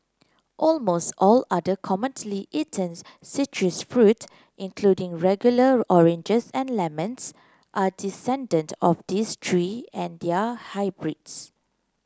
almost all other commonly eaten citrus fruits including regular oranges and lemons are descendant of these three and their hybrids